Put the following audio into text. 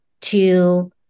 to-